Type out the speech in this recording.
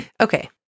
Okay